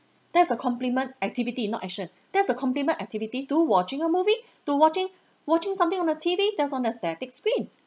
that's a complement activity not action that's a complement activity to watching a movie to watching watching something on a T_V that's on a static screen